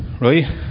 Right